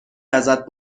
ازت